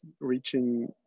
reaching